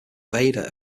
vader